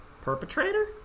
Perpetrator